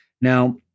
Now